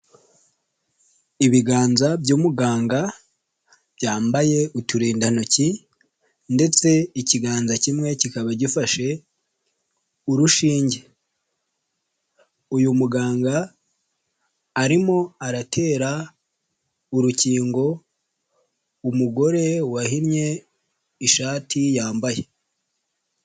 Ibiganza by'umuganga byambaye uturindantoki ndetse ikiganza kimwe kikaba gifashe urushinge, uyu muganga arimo aratera urukingo umugore wahinnye ishati yambaye.